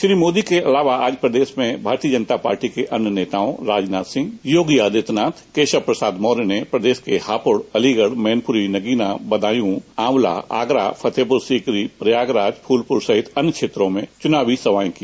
श्री मोदी के अलावा आज प्रदेश में भारतीय जनता पार्टी के अन्य नेताओं राजनाथ सिंह योगी आदित्यनाथ केशव प्रसाद मौर्य ने प्रदेश के हापुड़ अलीगढ़ मैनपुरी नगीना आंवलाबदायू आगरा फतेहपुर सीकरी प्रयागराज फूलपुर सहित अन्य क्षेत्रों में चुनावी सभाएं की